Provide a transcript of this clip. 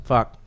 Fuck